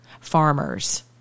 farmers